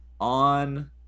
on